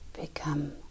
become